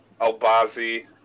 Albazi